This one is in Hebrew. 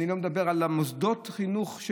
אני לא מדבר על מוסדות החינוך,